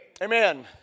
Amen